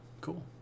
cool